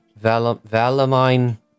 Valamine